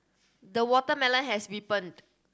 the watermelon has